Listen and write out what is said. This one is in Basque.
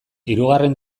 hirugarren